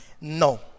No